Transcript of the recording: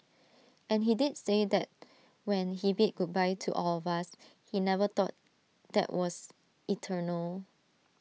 and he did say that when he bid goodbye to all of us he never thought that was eternal